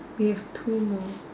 we have two more